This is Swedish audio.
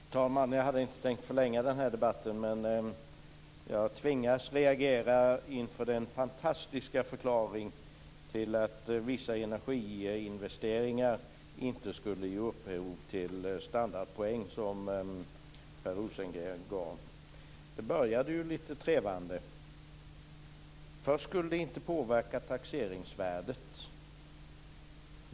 Fru talman! Jag hade inte tänkt förlänga den här debatten, men jag tvingas reagera inför den fantastiska förklaring till att vissa energiinvesteringar inte ska ge upphov till standardpoäng som Per Rosengren gav. Det började lite trevande. Först skulle de inte påverka taxeringsvärdet.